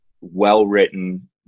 well-written